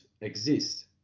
exist